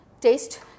taste